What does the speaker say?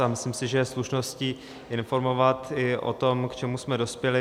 A myslím si, že je slušností informovat i o tom, k čemu jsme dospěli.